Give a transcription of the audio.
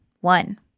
One